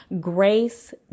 grace